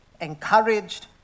encouraged